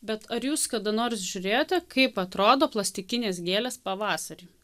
bet ar jūs kada nors žiūrėjote kaip atrodo plastikinės gėlės pavasarį